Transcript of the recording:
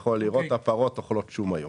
יכול לראות שהפרות אוכלות שום.